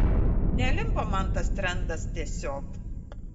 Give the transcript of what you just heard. nelimpa man tas trendas tiesiog